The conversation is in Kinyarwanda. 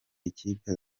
ikipe